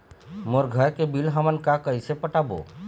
मोर घर के बिल हमन का कइसे पटाबो?